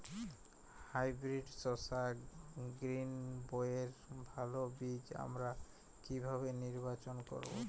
Hybrid শসা গ্রীনবইয়ের ভালো বীজ আমরা কিভাবে নির্বাচন করব?